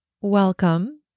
Welcome